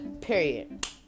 Period